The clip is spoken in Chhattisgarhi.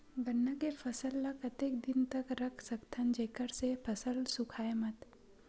गन्ना के फसल ल कतेक दिन तक रख सकथव जेखर से फसल सूखाय मत?